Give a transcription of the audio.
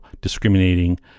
discriminating